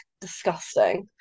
disgusting